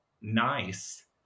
nice